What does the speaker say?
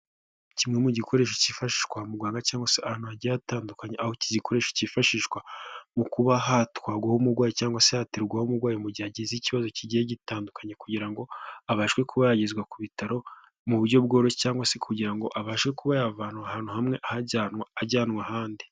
Kimwe mu gikoresho ckifashishwa kwa muganga cyangwa se ahantu hagiye hatandukanye, aho iki gikoresha kifashishwa mu kuba hatwarwa ho umurwayi cyangwa se haterurwa ho umurwayi mu gihe agize ikibazo kigiye gitandukanye kugira ngo abashe kuba yagezwa ku bitaro mu buryo bworoshye cyangwa se kugira ngo abashe kuba yava ahantu hamwe ajyanwa ahandi.